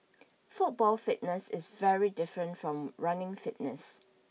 football fitness is very different from running fitness